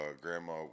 Grandma